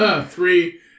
three